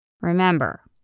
Remember